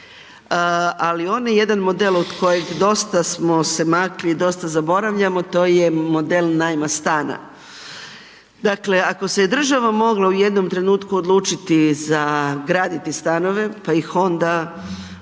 ali onaj jedan model od kojeg dosta smo se makli i dosta zaboravljamo, to je model najma stana. Dakle, ako se država mogla u jednom trenutku odlučiti za graditi stanove, pa ih onda